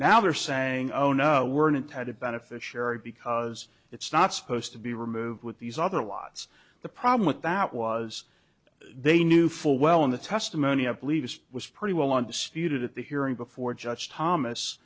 now they're saying oh no weren't had a beneficiary because it's not supposed to be removed with these other lots the problem with that was they knew full well in the testimony i believe it was pretty well on disputed at the hearing before judge tom